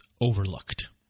overlooked